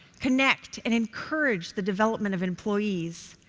connect and encourage the development of employees,